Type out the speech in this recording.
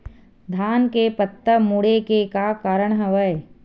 धान के पत्ता मुड़े के का कारण हवय?